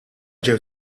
ġew